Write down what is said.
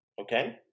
Okay